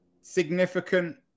significant